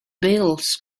bills